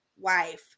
wife